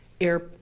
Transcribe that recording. air